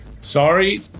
Sorry